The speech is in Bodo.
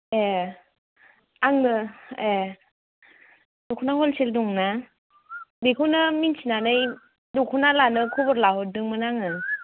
एह आंनो एह दखना हलसेल दं ना बेखौनो मिन्थिनानै दखना लानो खबर लाहरदोंमोन आङो